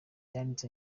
yanditse